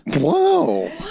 Whoa